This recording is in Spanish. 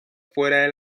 fuera